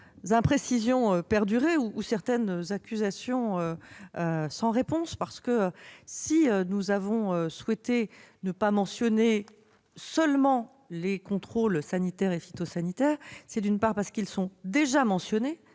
imprécisions ou accusations sans y répondre. Nous avons souhaité ne pas mentionner seulement les contrôles sanitaires et phytosanitaires, d'une part, parce qu'ils sont déjà mentionnés